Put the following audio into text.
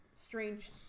strange